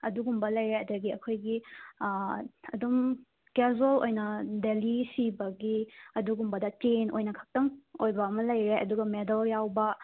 ꯑꯗꯨꯒꯨꯝꯕ ꯂꯩꯔꯦ ꯑꯗꯒꯤ ꯑꯩꯈꯣꯏꯒꯤ ꯑꯗꯨꯝ ꯀꯦꯖꯨꯋꯦꯜ ꯑꯣꯏꯅ ꯗꯦꯂꯤ ꯁꯤꯕꯒꯤ ꯑꯗꯨꯒꯨꯝꯕꯗ ꯆꯦꯟ ꯑꯣꯏꯅ ꯈꯛꯇꯪ ꯑꯣꯏꯕ ꯑꯃ ꯂꯩꯔꯦ ꯑꯗꯨꯒ ꯃꯦꯗꯜ ꯌꯥꯎꯕ